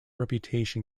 reputation